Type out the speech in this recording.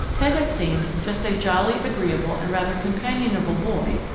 ted had seemed just a jolly, agreeable, and rather companionable boy,